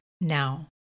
now